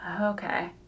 Okay